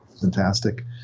Fantastic